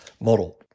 model